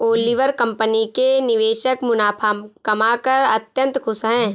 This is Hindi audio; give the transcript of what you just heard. ओलिवर कंपनी के निवेशक मुनाफा कमाकर अत्यंत खुश हैं